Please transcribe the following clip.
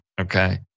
Okay